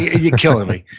you're killing me.